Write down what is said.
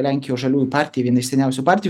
lenkijos žaliųjų partija viena iš seniausių partijų